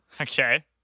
Okay